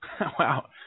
Wow